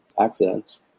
accidents